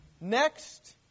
Next